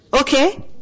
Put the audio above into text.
Okay